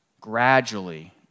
gradually